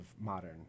modern